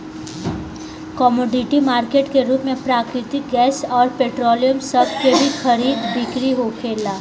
commodity market के रूप में प्राकृतिक गैस अउर पेट्रोलियम सभ के भी खरीद बिक्री होखेला